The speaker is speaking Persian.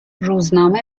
روزنامه